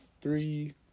three